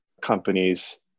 companies